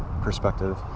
perspective